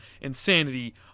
Insanity